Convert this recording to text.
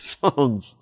songs